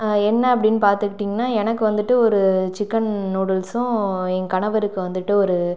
என்ன அப்படின்னு பார்த்துக்கிட்டீங்கனா எனக்கு வந்துட்டு ஒரு சிக்கன் நூடுல்ஸும் என் கணவருக்கு வந்துவிட்டு ஒரு